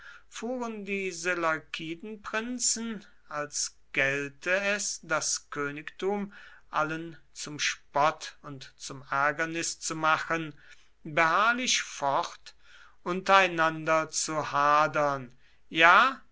fuhren die seleukidenprinzen als gälte es das königtum allen zum spott und zum ärgernis zu machen beharrlich fort untereinander zu hadern ja